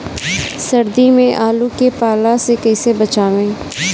सर्दी में आलू के पाला से कैसे बचावें?